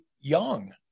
young